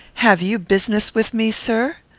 have you business with me, sir?